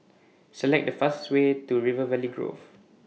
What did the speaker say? Select The fastest Way to River Valley Grove